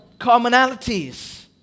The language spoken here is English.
commonalities